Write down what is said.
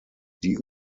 die